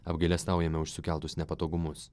apgailestaujame už sukeltus nepatogumus